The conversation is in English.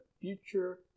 future